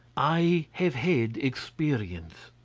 i have had experience,